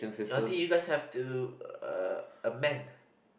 ya think you guys have to uh amend